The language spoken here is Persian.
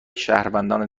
شهروندان